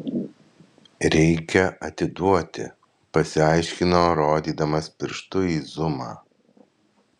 reikia atiduoti pasiaiškino rodydamas pirštu į zumą